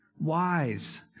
wise